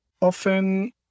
Often